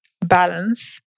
balance